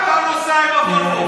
אתה נוסע עם הוולוו.